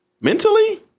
mentally